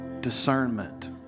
discernment